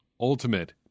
ultimate